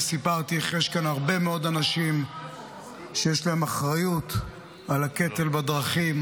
וסיפרתי איך יש כאן הרבה מאוד אנשים שיש להם אחריות על הקטל בדרכים